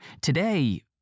Today